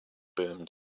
boomed